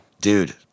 Dude